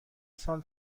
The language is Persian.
سال